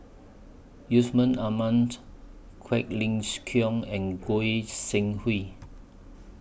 Yusman Aman Quek Ling Kiong and Goi Seng Hui